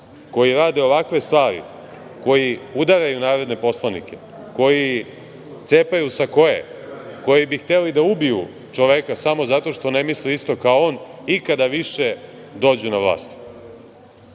koji rade ovakve stvari, koji udaraju narodne poslanike, koji cepaju sakoe, koji bi hteli da ubiju čoveka samo zato što ne misli isto kao on, ikada više dođu na vlast. Ne